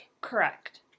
Correct